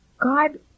God